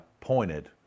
pointed